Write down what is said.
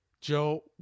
Joe